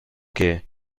che